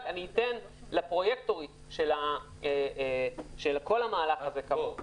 אני מבקש לאפשר לפרויקטורית של כל המהלך הזה להסביר את זה.